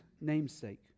namesake